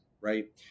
right